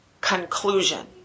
conclusion